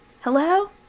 hello